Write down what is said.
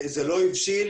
זה לא הבשיל,